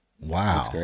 Wow